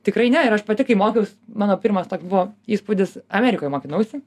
tikrai ne ir aš pati kai mokiaus mano pirmas toks buvo įspūdis amerikoj mokinausi